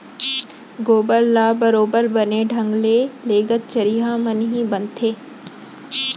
गोबर ल बरोबर बने ढंग ले लेगत चरिहा म ही बनथे